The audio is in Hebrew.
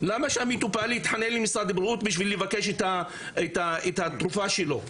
למה שמטופל יתחנן למשרד הבריאות בשביל לבקש את התרופה שלו?